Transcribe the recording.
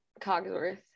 Cogsworth